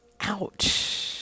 ouch